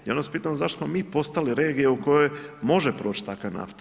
Ja vas pitam zašto smo mi postali regija u kojoj može proć takva nafta?